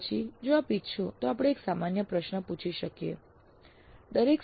પછી જો આપ ઇચ્છો તો આપણે એક સામાન્ય પ્રશ્ન પૂછી શકીએ છીએ